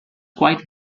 quite